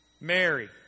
Mary